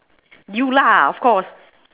you lah of course